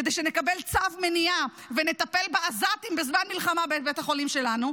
כדי שנקבל צו מניעה ונטפל בעזתים בזמן מלחמה בבית החולים שלנו,